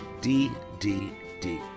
ddd